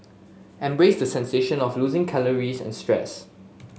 embrace the sensation of losing calories and stress